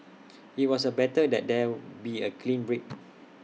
IT was A better that there be A clean break